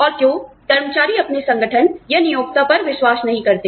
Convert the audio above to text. और क्यों कर्मचारी अपने संगठन या नियोक्ता पर विश्वास नहीं करते